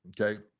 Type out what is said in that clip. Okay